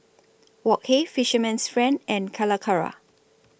Wok Hey Fisherman's Friend and Calacara